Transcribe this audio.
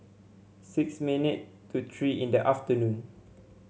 six minute to three in the afternoon